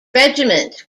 regiment